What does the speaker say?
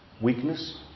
weakness